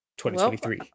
2023